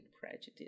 prejudice